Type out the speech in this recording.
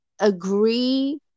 agree